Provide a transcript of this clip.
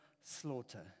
slaughter